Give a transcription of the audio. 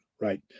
Right